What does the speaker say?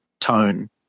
tone